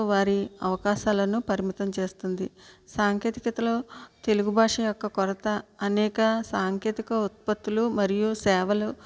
వారి అవకాశాలను పరిమితం చేస్తుంది సాంకేతికతలో తెలుగు భాష యొక్క కొరత అనేక సాంకేతికత ఉత్పత్తులు మరియు సేవలు